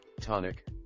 tonic